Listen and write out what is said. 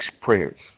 prayers